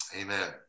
amen